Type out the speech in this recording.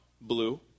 blue